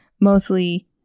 mostly